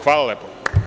Hvala lepo.